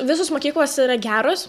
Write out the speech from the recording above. visos mokyklos yra geros